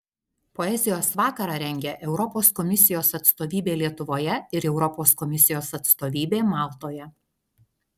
poezijos vakarą rengia europos komisijos atstovybė lietuvoje ir europos komisijos atstovybė maltoje